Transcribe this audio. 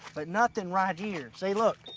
but nothing right here. see, look.